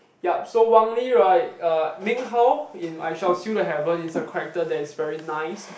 yup so Wang-Lee right uh Meng-Hao in I-shall-seal-the-heaven is a character that is very nice